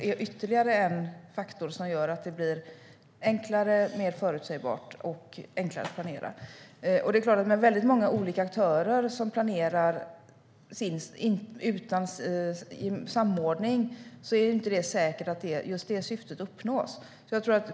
Det är ytterligare en faktor som gör att det blir enklare, mer förutsägbart och enklare att planera. Det är klart att med många olika aktörer som planerar utan samordning är det inte säkert att just detta syfte uppnås.